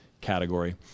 category